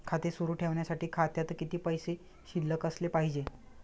खाते सुरु ठेवण्यासाठी खात्यात किती पैसे शिल्लक असले पाहिजे?